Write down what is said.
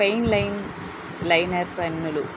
pain line liner పెన్నులు